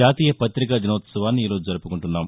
జాతీయ ప్రతికాదినోత్సవాన్ని ఈరోజు జరుపుకుంటున్నాం